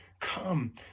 Come